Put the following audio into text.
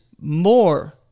more